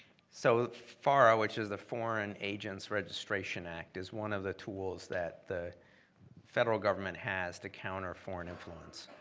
so fara which is the foreign agents registration act is one of the tools that the federal government has to counter foreign influence.